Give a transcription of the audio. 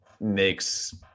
makes